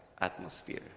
atmosphere